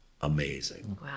amazing